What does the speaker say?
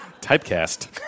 Typecast